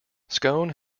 scone